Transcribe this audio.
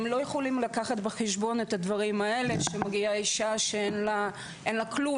הם לא יכולים לקחת בחשבון את הדברים האלה שמגיעה אישה שאין לה כלום,